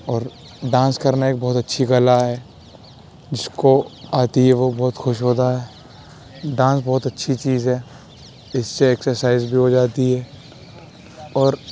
اور ڈانس کرنا ایک بہت اچھی کلا ہے جس کو آتی ہے وہ بہت خوش ہوتا ہے ڈانس بہت اچھی چیز ہے اس سے اکسرسائز بھی ہو جاتی ہے اور